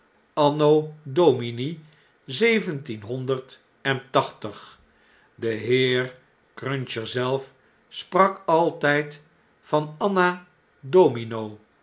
anno domini zeventienhonderd en tachtig de heer cruncher zelf sprak altyd van anna domino